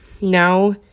now